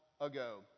ago